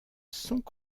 sans